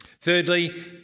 Thirdly